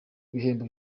ibihembo